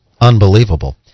Unbelievable